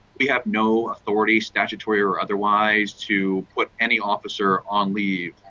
we have no authorities, statutory or otherwise to put any officer on leave.